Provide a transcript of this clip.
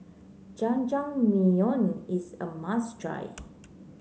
Jajangmyeon is a must try